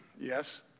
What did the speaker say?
yes